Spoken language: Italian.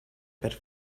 per